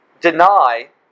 deny